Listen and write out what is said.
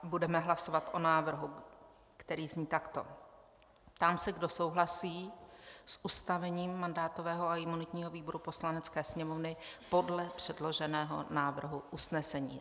Budeme hlasovat o návrhu, který zní takto: Ptám se, kdo souhlasí s ustavením mandátového a imunitního výboru Poslanecké sněmovny podle předloženého návrhu usnesení.